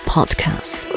Podcast